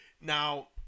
Now